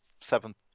seventh